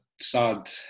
sad